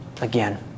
again